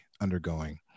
undergoing